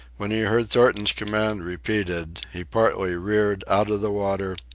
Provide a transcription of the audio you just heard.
when he heard thornton's command repeated, he partly reared out of the water,